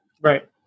Right